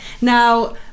Now